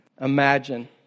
imagine